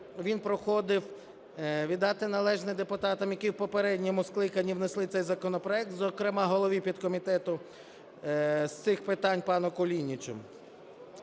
він приходив... віддати належне депутатам, які в попередньому скликанні внесли цей законопроект, зокрема голові підкомітету з цих питань пану Кулінічу.